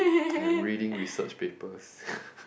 I'm reading research papers